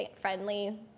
friendly